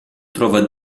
trova